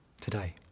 today